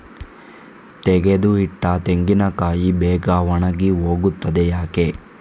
ತೆಗೆದು ಇಟ್ಟ ತೆಂಗಿನಕಾಯಿ ಬೇಗ ಒಣಗಿ ಹೋಗುತ್ತದೆ ಯಾಕೆ?